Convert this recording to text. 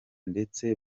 ndetse